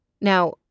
Now